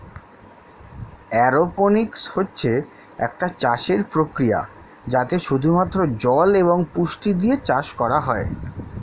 aeroponics হচ্ছে একটা চাষের প্রক্রিয়া যাতে শুধু মাত্র জল এবং পুষ্টি দিয়ে চাষ করা হয়